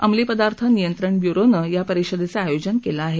अंमली पदार्थ नियंत्रण ब्युरोनं या परिषदेचं आयोजन केलं आहे